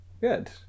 Good